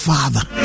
Father